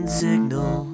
signal